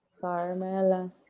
Carmela